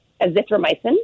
azithromycin